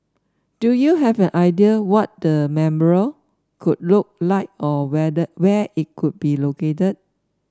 do you have an idea what the memorial could look like or where the where it could be located